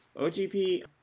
OGP